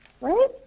Right